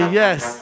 yes